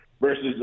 versus